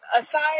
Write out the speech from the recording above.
aside